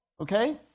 Okay